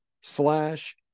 slash